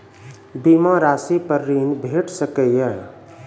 बीमा रासि पर ॠण भेट सकै ये?